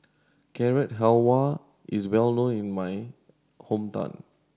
Carrot Halwa is well known in my hometown